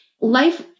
life